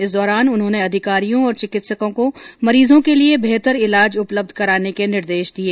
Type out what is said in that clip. इस दौरान उन्होंने अधिकारियों और चिकित्सकों को मरीजों के लिए बेहतर ईलाज उपलब्ध कराने के निर्देश दिए